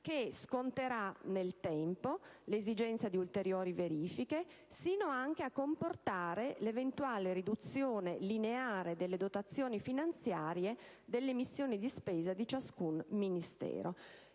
che sconterà nel tempo l'esigenza di ulteriori verifiche, sino anche a comportare l'eventuale riduzione lineare delle dotazioni finanziarie delle missioni di spesa di ciascun Ministero.